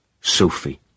Sophie